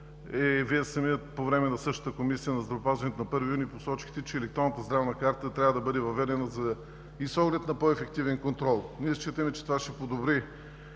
Вие самият по време на същата Комисия по здравеопазването на първи юни посочихте, че електронната здравна карта трябва да бъде въведена и с оглед на по-ефективен контрол. Ние считаме, че това ще подобри